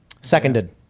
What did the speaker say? seconded